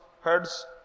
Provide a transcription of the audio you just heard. herds